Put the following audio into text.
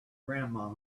grandma